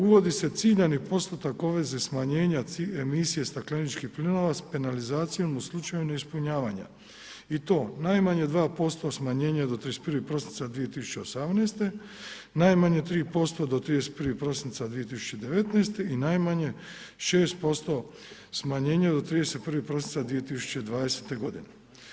Uvodi se ciljani postotak obveze smanjenja emisije stakleničkih plinova s penalizacijom u slučaju neispunjavanja i to najmanje 2% smanjenja do 31. prosinca 2018., najmanje 3% do 31. prosinca 2019. i najmanje 6% smanjenja do 31. prosinca 2020. godine.